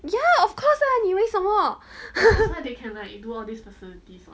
ya of course lah 你以为什么